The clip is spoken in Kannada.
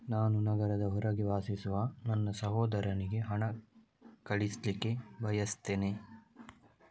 ನಾನು ನಗರದ ಹೊರಗೆ ವಾಸಿಸುವ ನನ್ನ ಸಹೋದರನಿಗೆ ಹಣವನ್ನು ಕಳಿಸ್ಲಿಕ್ಕೆ ಬಯಸ್ತೆನೆ